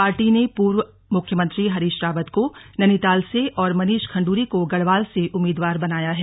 party ने पूर्व मुख्यमंत्री हरीश रावत को नैनीताल से और मनीष खंडूरी को गढ़वाल से उम्मीदवार बनाया है